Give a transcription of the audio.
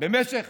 במשך